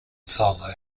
solo